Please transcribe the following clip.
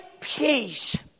peace